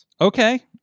Okay